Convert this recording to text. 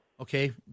Okay